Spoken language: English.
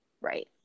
Right